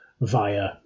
via